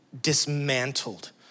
dismantled